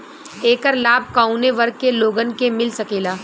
ऐकर लाभ काउने वर्ग के लोगन के मिल सकेला?